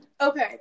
Okay